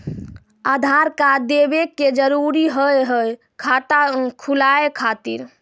आधार कार्ड देवे के जरूरी हाव हई खाता खुलाए खातिर?